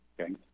Okay